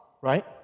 right